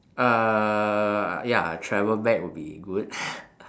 uh uh ya a travel bag would be good